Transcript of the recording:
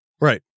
Right